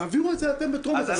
תעבירו את זה אתם בקריאה טרומית.